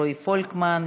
רועי פולקמן,